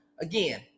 again